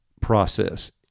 process